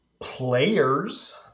players